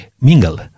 mingle